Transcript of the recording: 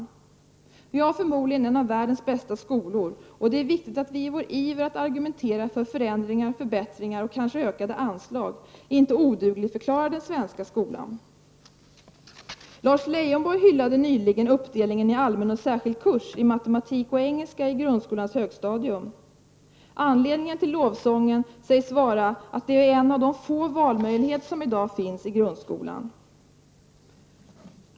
Vi har förmodligen en av världens bästa skolor, och det är viktigt att vi i vår iver att argumentera för förändringar, förbättringar och kanske ökade anslag inte odugligförklarar den svenska skolan. Lars Leijonborg hyllade nyligen uppdelningen i allmän och särskild kurs i matematik och engelska i grundskolans högstadium. Anledningen till lovsången sägs vara att det är en av de få valmöjligheter som i dag finns i grundskolan.